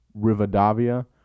Rivadavia